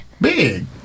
Big